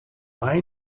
mei